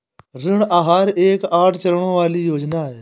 ऋण आहार एक आठ चरणों वाली योजना है